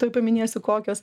tuoj paminėsiu kokios